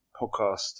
podcast